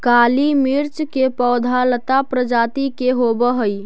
काली मिर्च के पौधा लता प्रजाति के होवऽ हइ